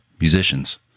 musicians